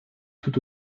tout